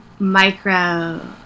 micro